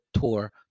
tour